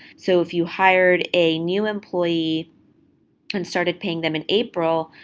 so, if you hired a new employee and started paying them in april,